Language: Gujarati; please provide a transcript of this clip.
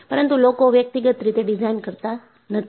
પરંતુ લોકો વ્યક્તિગત રીતે ડિઝાઇન કરતા નથી